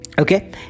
Okay